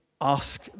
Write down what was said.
Ask